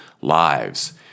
lives